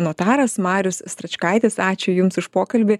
notaras marius stračkaitis ačiū jums už pokalbį